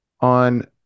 on